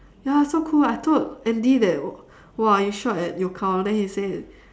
ya so cool I told andy that !wah! you shot and then he say